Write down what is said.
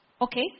Okay